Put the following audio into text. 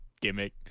gimmick